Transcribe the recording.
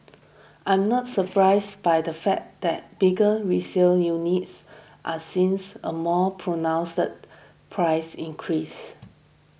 I am not surprised by the fact that bigger resale units are seems a more pronounced price increase